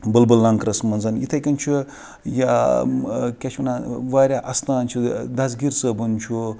بُلبُل لانٛکرَس منٛزن یِتھٕے کٕنۍ چھُ کیاہ چھ اَتھ وَنان واریاہ اَستان چھ دَسگیٖر صٲبُن چھُ